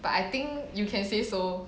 but I think you can say so